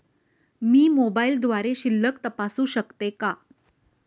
मी मोबाइलद्वारे शिल्लक तपासू शकते का?